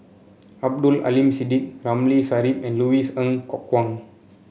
Abdul Aleem Siddique Ramli Sarip and Louis Ng Kok Kwang